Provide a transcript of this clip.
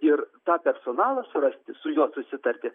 ir tą personalo surasti su juo susitarti